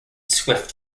swift